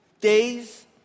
days